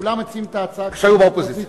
כולם מציעים את ההצעה כשהם, כשהיו באופוזיציה.